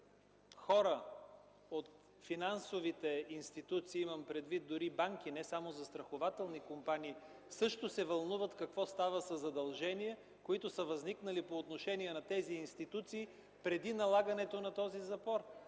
хора от финансовите институции, имам предвид дори банки, не само застрахователни компании, също се вълнуват от това, което става със задължения, които са възникнали по отношение на тези институции преди налагането на запора.